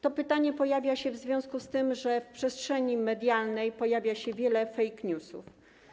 To pytanie pojawia się w związku z tym, że w przestrzeni medialnej pojawia się wiele fake newsów.